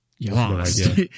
lost